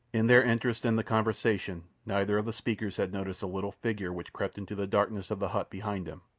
in their interest in the conversation neither of the speakers had noticed the little figure which crept into the darkness of the hut behind them,